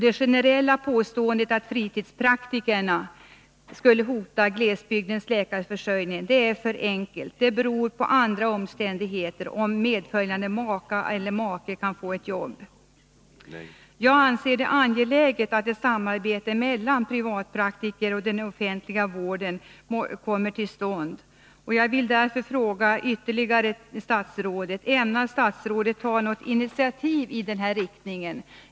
Det generella påståendet att fritidspraktikerna skulle hota glesbygdens läkarförsörjning är för enkelt. Etablering av läkare till glesbygden beror mer på andra omständigheter, t.ex. möjligheten för medföljande make eller maka att få ett jobb. Ämnar statsrådet ta något initiativ i den riktningen?